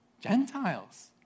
Gentiles